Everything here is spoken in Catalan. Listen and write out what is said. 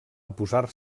oposar